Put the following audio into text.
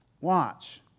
Watch